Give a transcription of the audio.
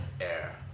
air